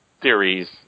theories